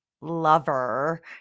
lover